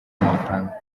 amafaranga